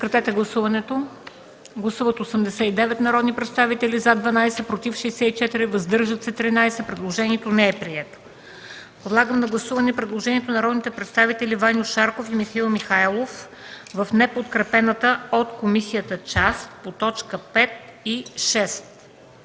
част по т. 1 и 3. Гласували 89 народни представители: за 12, против 64, въздържали се 13. Предложението не е прието. Подлагам на гласуване предложението на народните представители Ваньо Шарков и Михаил Михайлов в неподкрепената от комисията част по т. 1 до 4 и т.